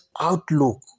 outlook